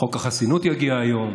חוק החסינות יגיע היום,